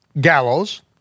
gallows